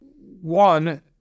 One